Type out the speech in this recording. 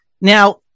Now